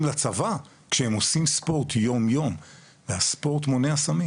לצבא כשהם עושים ספורט יום יום והספורט מונע סמים,